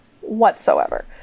whatsoever